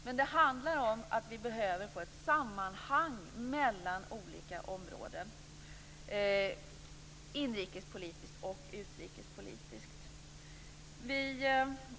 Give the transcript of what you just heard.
Men det handlar om att vi behöver få ett sammanhang mellan olika områden, inrikespolitiskt och utrikespolitiskt.